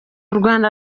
rwanda